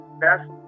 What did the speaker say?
best